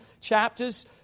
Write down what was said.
chapters